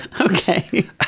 Okay